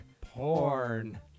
porn